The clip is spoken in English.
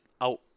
out